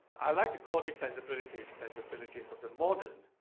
i like to call these sensibilities, sensibilities of the modern.